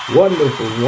wonderful